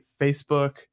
Facebook